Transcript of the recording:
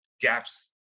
gaps